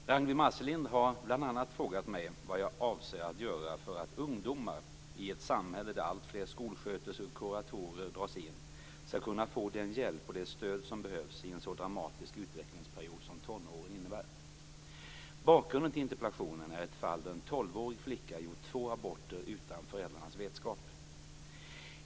Herr talman! Ragnwi Marcelind har bl.a. frågat mig vad jag avser att göra för att ungdomar, i ett samhälle där alltfler skolsköterskor och kuratorer dras in, skall kunna få den hjälp och det stöd som behövs i en så dramatisk utvecklingsperiod som tonåren innebär. Bakgrunden till interpellationen är ett fall där en tolvårig flicka gjort två aborter utan föräldrarnas vetskap.